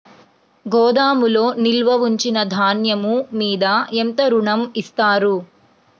గోదాములో నిల్వ ఉంచిన ధాన్యము మీద ఎంత ఋణం ఇస్తారు?